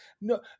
no